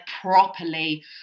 properly